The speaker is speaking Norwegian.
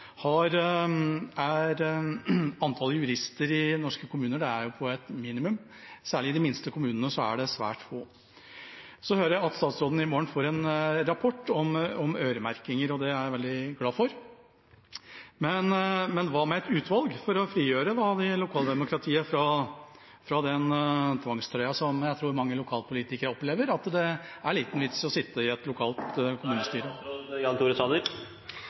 hele er antallet jurister i norske kommuner på et minimum. Særlig i de minste kommunene er det svært få. Jeg hører statsråden i morgen får en rapport om øremerkinger, og det er jeg veldig glad for. Men hva med et utvalg for å frigjøre lokaldemokratiet fra den tvangstrøya som jeg tror mange lokalpolitikere opplever – at det er liten vits i å sitte i et lokalt … Da er det statsråd Jan Tore